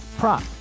Prop